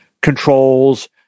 controls